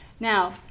Now